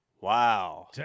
Wow